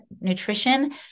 nutrition